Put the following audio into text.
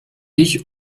ich